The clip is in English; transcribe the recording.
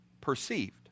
perceived